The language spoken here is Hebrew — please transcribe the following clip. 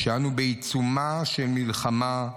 כשאנו בעיצומה של מלחמה,